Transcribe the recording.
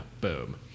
Boom